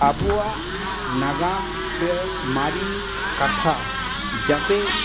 ᱟᱵᱚᱣᱟᱜ ᱱᱟᱜᱟᱢ ᱥᱮ ᱢᱟᱨᱮ ᱠᱟᱛᱷᱟ ᱡᱟᱛᱮ